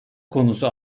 konusu